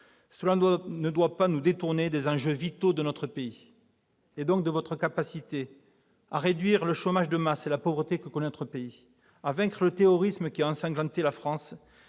pas, ne doit pas nous détourner des enjeux vitaux de notre pays et, donc, de votre capacité à réduire le chômage de masse et la pauvreté que connaît notre pays, à vaincre le terrorisme qui a ensanglanté la France